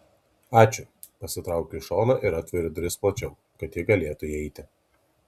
ačiū pasitraukiu į šoną ir atveriu duris plačiau kad ji galėtų įeiti